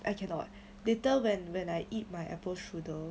I cannot later when when I eat my apple strudel